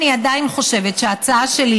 לכן אני עדיין חושבת שההצעה שלי,